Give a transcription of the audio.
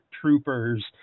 troopers